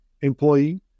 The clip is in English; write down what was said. employee